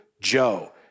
Joe